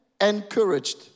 encouraged